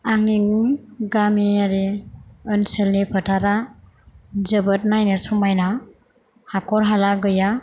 आंनि गामियारि ओनसोलनि फोथारा जोबोद नायनो समायना हाखर हाला गैया